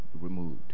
removed